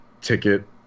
ticket